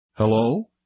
Hello